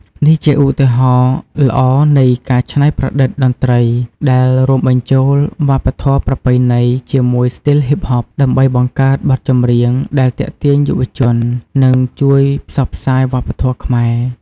នេះជាឧទាហរណ៍ល្អនៃការច្នៃប្រឌិតតន្ត្រីដែលរួមបញ្ចូលវប្បធម៌ប្រពៃណីជាមួយស្ទីលហ៊ីបហប ដើម្បីបង្កើតបទចម្រៀងដែលទាក់ទាញយុវជន និងជួយផ្សព្វផ្សាយវប្បធម៌ខ្មែរ។